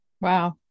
Wow